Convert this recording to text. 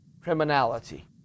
criminality